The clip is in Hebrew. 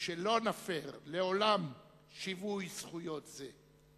שלא נפר לעולם שווי זכויות זה".